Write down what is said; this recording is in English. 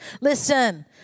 Listen